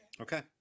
okay